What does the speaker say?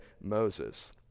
Moses